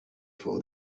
for